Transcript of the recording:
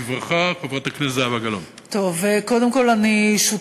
בברכה, חברת